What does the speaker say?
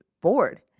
bored